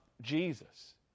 Jesus